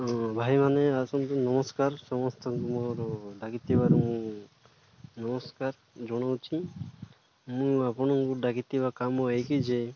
ହଁ ଭାଇମାନେ ଆସନ୍ତୁ ନମସ୍କାର ସମସ୍ତଙ୍କୁ ମୋର ଡାକିଥିବାରୁ ମୁଁ ନମସ୍କାର ଜଣାଉଛି ମୁଁ ଆପଣଙ୍କୁ ଡାକିଥିବା କାମ ଏହିକି ଯେ